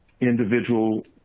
individual